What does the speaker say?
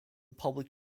public